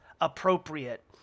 appropriate